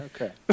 Okay